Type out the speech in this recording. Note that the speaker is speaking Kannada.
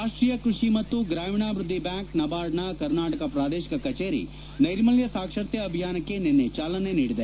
ರಾಷ್ಟೀಯ ಕೃಷಿ ಮತ್ತು ಗ್ರಾಮೀಣಾಭಿವೃದ್ಧಿ ಬ್ಯಾಂಕ್ ನಬಾರ್ಡ್ನ ಕರ್ನಾಟಕ ಪ್ರಾದೇಶಿಕ ಕಚೇರಿ ನೈರ್ಮಲ್ಯ ಸಾಕ್ಷರತೆ ಅಭಿಯಾನಕ್ಕೆ ನಿನ್ನೆ ಚಾಲನೆ ನೀಡಿದೆ